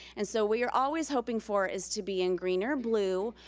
and so we are always hoping for is to be in green or blue.